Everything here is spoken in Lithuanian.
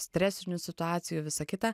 stresinių situacijų visa kita